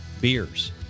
beers